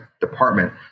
department